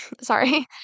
Sorry